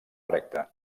recte